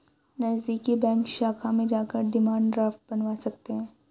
नज़दीकी बैंक शाखा में जाकर डिमांड ड्राफ्ट बनवा सकते है